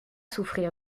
souffrir